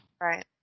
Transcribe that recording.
Right